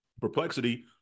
perplexity